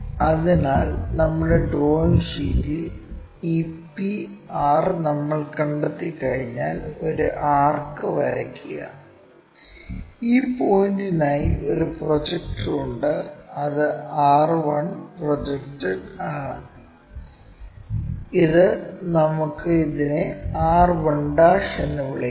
അതിനാൽ നമ്മുടെ ഡ്രോയിംഗ് ഷീറ്റിൽ ഈ p r നമ്മൾ കണ്ടെത്തിക്കഴിഞ്ഞാൽ ഒരു ആർക്ക് വരയ്ക്കുക ഈ പോയിന്റിനായി ഒരു പ്രൊജക്ടർ ഉണ്ട് ഇത് r 1 പ്രോജക്റ്റ് ആണ് ഇത് നമുക്ക് ഇതിനെ r1 എന്ന് വിളിക്കാം